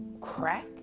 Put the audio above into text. crack